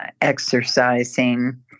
exercising